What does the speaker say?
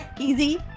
Easy